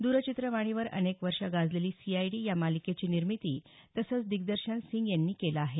द्रचित्रवाणीवर अनेक वर्षे गाजलेली सीआयडी या मालिकेची निर्मिती तसंच दिग्दर्शन सिंग यांनी केलं आहे